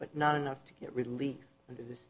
but not enough to get relief and i thi